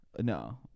No